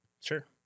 Sure